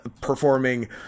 performing